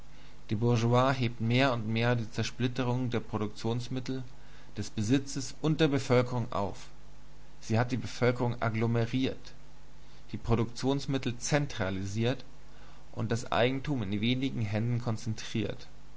die bourgeoisie hebt mehr und mehr die zersplitterung der produktionsmittel des besitzes und der bevölkerung auf sie hat die bevölkerung agglomeriert die produktionsmittel zentralisiert und das eigentum in wenigen händen konzentriert